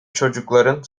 çocukların